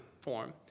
form